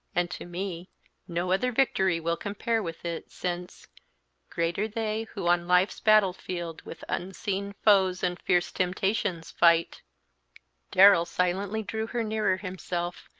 and to me no other victory will compare with it, since greater they who on life's battle-field with unseen foes and fierce temptations fight darrell silently drew her nearer himself,